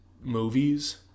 movies